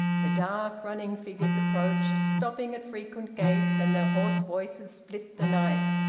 the dark running figures approached, stopping at frequent gates, and their hoarse voices split the night.